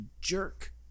jerk